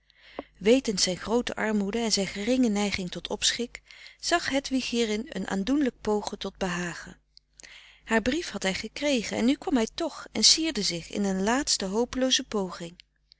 wetend zijn groote armoede en zijn geringe neiging tot opschik zag hedwig hierin een aandoenlijk pogen tot behagen haar brief had hij gekregen en nu kwam hij toch en sierde zich in een laatste hopelooze poging